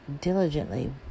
diligently